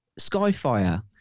Skyfire